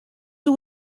dan